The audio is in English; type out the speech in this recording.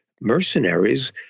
mercenaries